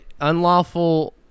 unlawful